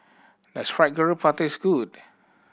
does Fried Garoupa taste good